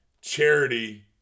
Charity